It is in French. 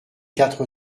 quatre